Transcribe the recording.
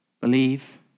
believe